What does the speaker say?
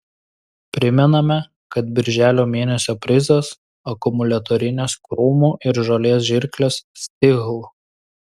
primename kad birželio mėnesio prizas akumuliatorinės krūmų ir žolės žirklės stihl